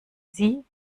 sie